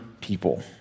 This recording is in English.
people